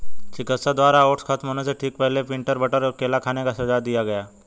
चिकित्सक द्वारा ओट्स खत्म होने से ठीक पहले, पीनट बटर और केला खाने का सुझाव दिया गया